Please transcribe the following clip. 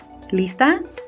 Lista